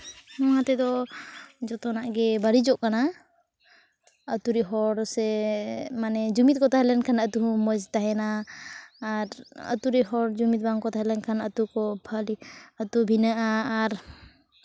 ᱱᱚᱣᱟᱛᱮᱫᱚ ᱡᱚᱛᱚᱱᱟᱜ ᱜᱮ ᱵᱟᱹᱲᱤᱡᱚᱜ ᱠᱟᱱᱟ ᱟᱛᱳ ᱨᱮ ᱦᱚᱲ ᱥᱮ ᱢᱟᱱᱮ ᱡᱩᱢᱤᱫ ᱠᱚ ᱛᱟᱦᱮᱸ ᱞᱮᱱᱠᱷᱟᱱ ᱟᱛᱳ ᱦᱚᱸ ᱢᱚᱡᱽ ᱛᱟᱦᱮᱱᱟ ᱟᱨ ᱟᱛᱳ ᱨᱮ ᱦᱚᱲ ᱡᱩᱢᱤᱫ ᱵᱟᱝ ᱠᱚ ᱛᱟᱦᱮᱸ ᱞᱮᱱᱠᱷᱟᱱ ᱟᱛᱳ ᱠᱚ ᱵᱷᱟᱞᱮ ᱟᱛᱳ ᱵᱷᱤᱱᱟᱹᱜᱼᱟ ᱟᱨ